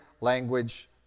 language